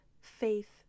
faith